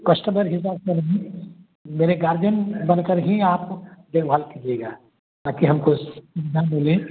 customer के हिसाब से नहीं मेरे गार्जियन बनकर ही आप देखभाल कीजिएगा ताकि हमको सुविधा मिले